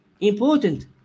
important